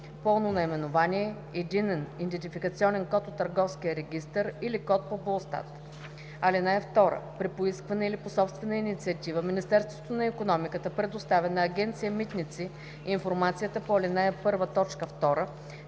пълно наименование, единен идентификационен код от Търговския регистър или код по БУЛСТАТ. (2) При поискване или по собствена инициатива Министерството на икономиката предоставя на Агенция „Митници“ информацията по ал. 1,